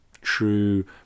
true